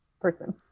person